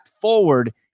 forward